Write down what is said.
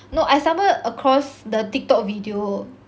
no I stumbled across the TikTok video